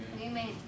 Amen